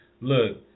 look